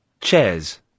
chairs